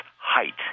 height